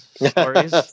stories